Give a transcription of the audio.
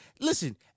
listen